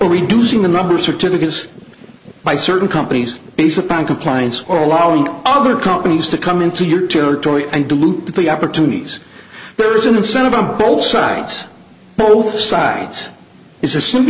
reducing the number certificates by certain companies based upon compliance or allowing other companies to come into your territory and dilute the opportunities but there is an incentive on both sides both sides it's a